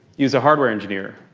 he was a hardware engineer.